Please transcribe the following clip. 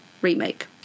remake